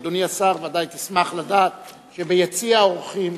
אדוני השר, בוודאי תשמח לדעת שביציע האורחים